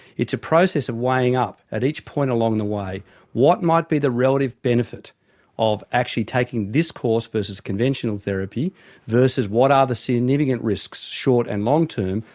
it's a process of weighing up at each point along the way what might be the relative benefit of actually taking this course versus conventional therapy versus what are the significant risks, short and long term,